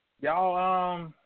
y'all